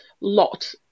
lot